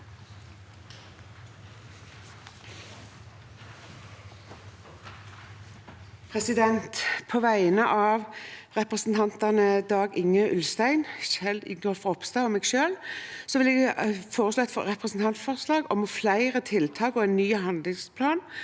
På vegne av representantene Dag-Inge Ulstein, Kjell Ingolf Ropstad og meg selv vil jeg fremme et representantforslag om flere tiltak og en ny handlingsplan